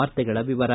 ವಾರ್ತೆಗಳ ವಿವರ